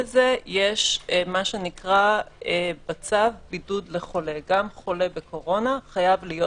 יש בצו בידוד לחולה גם חולה בקורונה חייב להיות